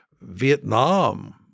Vietnam